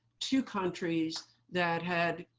two countries that had